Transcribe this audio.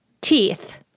teeth